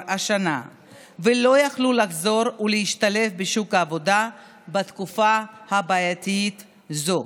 השנה ולא יכלו לחזור ולהשתלב בשוק העבודה בתקופה בעייתית זו.